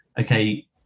okay